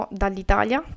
dall'Italia